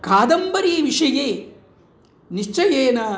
कादम्बरीविषये निश्चयेन